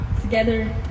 together